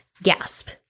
gasp